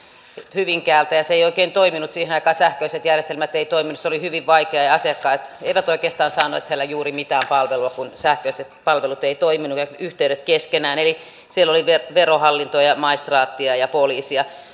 hyvinkäältä ja se ei oikein toiminut siihen aikaan sähköiset järjestelmät eivät toimineet se oli hyvin vaikeaa ja asiakkaat eivät oikeastaan saaneet siellä juuri mitään palvelua kun sähköiset palvelut ja yhteydet eivät toimineet keskenään eli siellä oli verohallintoa ja maistraattia ja poliisia